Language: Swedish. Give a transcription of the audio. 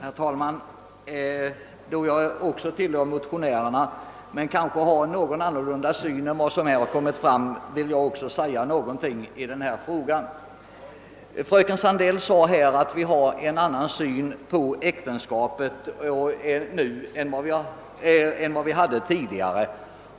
Herr talman! Då jag också tillhör motionärerna men har en något annan syn på denna fråga än de föregående talarna, vill jag säga några ord. Fröken Sandell sade att vi har en annan syn på äktenskapet än vad vi hade tidigare,